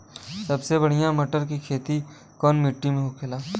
सबसे बढ़ियां मटर की खेती कवन मिट्टी में होखेला?